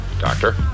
Doctor